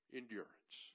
endurance